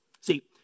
See